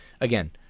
Again